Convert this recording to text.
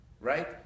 right